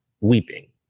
weeping